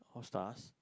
of stars